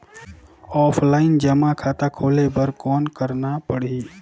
Offline जमा खाता खोले बर कौन करना पड़ही?